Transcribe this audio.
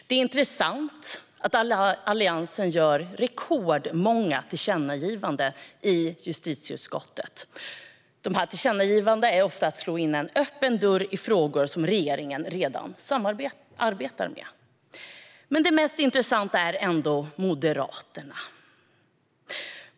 Det är intressant att Alliansen gör rekordmånga tillkännagivanden i justitieutskottet - tillkännagivanden som ofta innebär att slå in öppna dörrar i frågor som regeringen redan arbetar med. Men det mest intressanta är ändå Moderaterna.